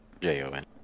J-O-N